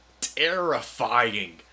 terrifying